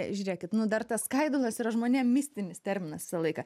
žiūrėkit nu dar tos skaidulos yra žmonėm mistinis terminas visą laiką